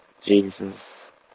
Jesus